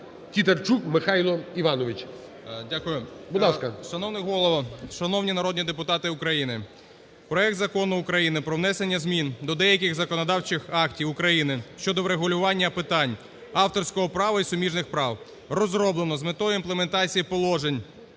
ТІТАРЧУК М.І. Дякую. Шановний Голово, шановні народні депутати України, проект Закону України про внесення змін до деяких законодавчих актів України щодо врегулювання питань авторського права і суміжних прав розроблено з метою імплементації положень